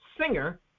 singer